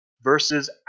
versus